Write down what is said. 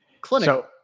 clinic